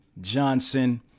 Johnson